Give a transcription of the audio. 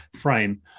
frame